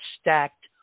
stacked